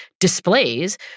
displays